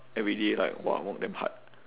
every day like !wah! work damn hard